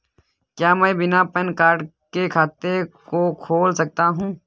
क्या मैं बिना पैन कार्ड के खाते को खोल सकता हूँ?